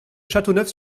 châteauneuf